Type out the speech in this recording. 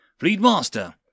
Fleetmaster